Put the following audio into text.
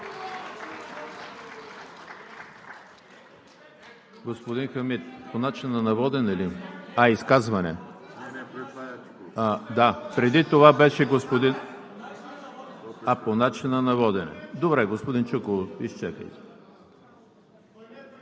По начина на водене